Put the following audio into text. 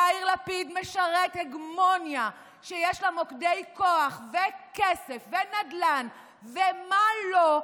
יאיר לפיד משרת הגמוניה שיש לה מוקדי כוח וכסף ונדל"ן ומה לא,